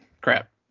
crap